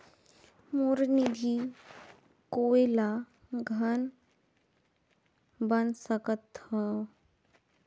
मोर निधि कोई ला घल बना सकत हो?